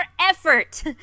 effort